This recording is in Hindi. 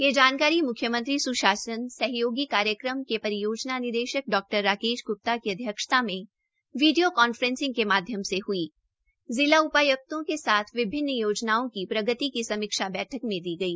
यह जानकारी म्ख्यमंत्री स्शासन सहयोगी कार्यक्रम के परियोजना निदेशक डॉ राकेश ग्प्ता की अध्यक्षता में विडियो कॉन्फ्रेंसिंग के माध्यम से हई जिला उपाय्क्तों के साथ विभिन्न योजनाओं की प्रगति की समीक्षा बैठक में दी गई